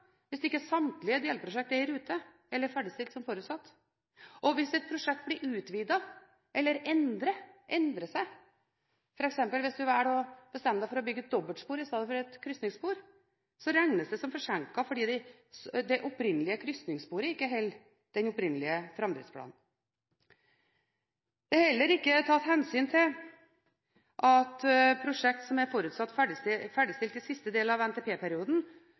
hvis ikke samtlige delprosjekt er i rute eller ferdigstilt som forutsatt. Hvis et prosjekt blir utvidet eller endrer seg, f.eks. hvis man velger å bestemme seg for å bygge et dobbeltspor istedenfor et krysningsspor, regnes det som forsinket fordi det opprinnelige krysningssporet ikke holder den opprinnelige framdriftsplanen. Det er heller ikke tatt hensyn til at prosjekt som er forutsatt ferdigstilt i siste del av